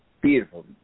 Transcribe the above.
beautiful